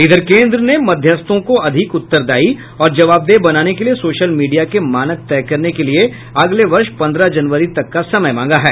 इधर केंद्र ने मध्यस्थों को अधिक उत्तरदायी और जवाबदेह बनाने के लिए सोशल मीडिया के मानक तय करने के लिए अगले वर्ष पन्द्रह जनवरी तक का समय मांगा है